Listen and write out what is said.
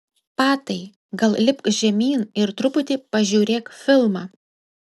patai gal lipk žemyn ir truputį pažiūrėk filmą